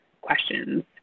questions